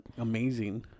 amazing